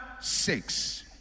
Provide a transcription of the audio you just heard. six